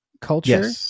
culture